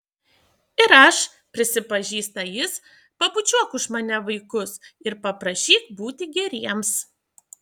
ir aš prisipažįsta jis pabučiuok už mane vaikus ir paprašyk būti geriems